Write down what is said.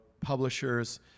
publishers